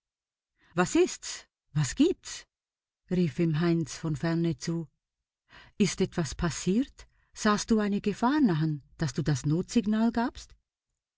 was ist's was gibt's rief ihm heinz von ferne zu ist etwas passiert sahst du eine gefahr nahen daß du das notsignal gabst